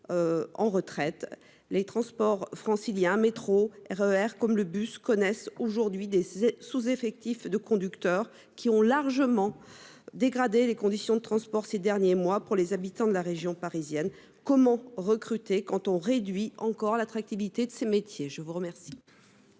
la retraite. Les transports franciliens- le métro, le RER et le bus -subissent tous des sous-effectifs de conducteurs, ce qui a largement dégradé les conditions de transport au cours des derniers mois pour les habitants de la région parisienne. Comment recruter quand on réduit encore l'attractivité des métiers ? La parole